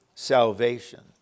salvation